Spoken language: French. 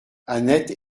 annette